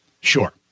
Sure